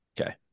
Okay